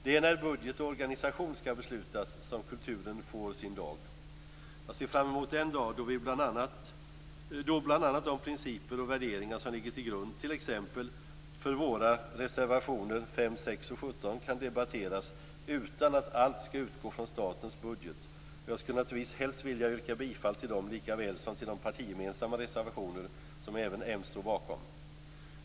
Det är när budget och organisation skall beslutas som kulturen får sin dag. Jag ser fram mot den dag då bl.a. de principer och värderingar som ligger till grund för t.ex. våra reservationer 5, 6 och 17 kan debatteras utan att allt skall utgå från statens budget. Jag skulle naturligtvis helst vilja yrka bifall till dem likaväl som till de partigemensamma reservationer som även moderaterna står bakom.